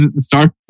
start